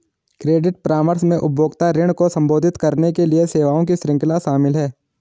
credit परामर्श में उपभोक्ता ऋण को संबोधित करने के लिए सेवाओं की श्रृंखला शामिल है